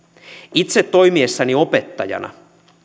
itse toimiessani opettajana